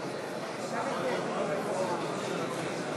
אבקש מחברי הכנסת והקהל לכבד את כניסת